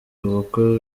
ubukwe